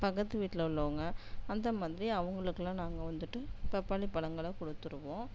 பக்கத்து வீட்டில உள்ளவங்க அந்த மாதிரி அவங்களுக்குலாம் நாங்கள் வந்துவிட்டு பப்பாளி பழங்களை கொடுத்துடுவோம்